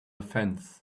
fence